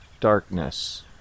darkness